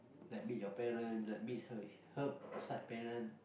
like meet your parents like meet her her side parents